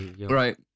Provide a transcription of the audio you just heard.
Right